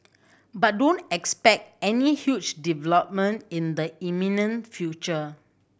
but don't expect any huge development in the imminent future